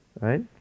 right